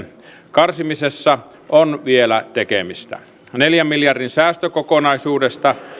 karsimisessa on vielä tekemistä neljän miljardin säästökokonaisuudesta